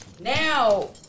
now